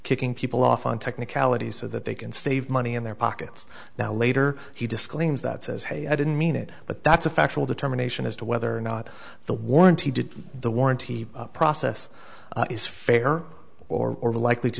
kicking people off on technicalities so that they can save money in their pockets now later he disclaims that says hey i didn't mean it but that's a factual determination as to whether or not the warranty did the warranty process is fair or likely to